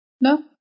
No